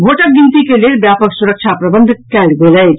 भोटक गिनती के लेल व्यापक सुरक्षा प्रबंध कयल गेल अछि